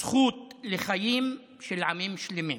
הזכות לחיים של עמים שלמים.